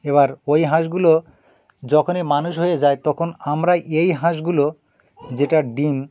এবার ওই হাঁসগুলো যখনই মানুষ হয়ে যায় তখন আমরা এই হাঁসগুলো যেটা ডিম